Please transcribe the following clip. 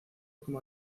como